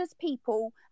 people